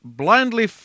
blindly